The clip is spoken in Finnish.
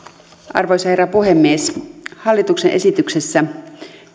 arvoisa herra puhemies hallituksen esityksessä